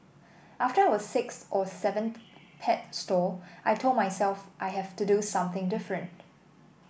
after our sixth or seventh pet store I told myself I have to do something different